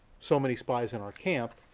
so many spies in our camp.